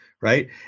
right